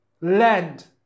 land